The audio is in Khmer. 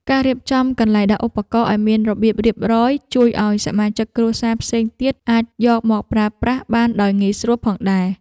ការរៀបចំកន្លែងដាក់ឧបករណ៍ឱ្យមានរបៀបរៀបរយ ជួយឱ្យសមាជិកគ្រួសារផ្សេងទៀតអាចយកមកប្រើប្រាស់បានដោយងាយស្រួលផងដែរ។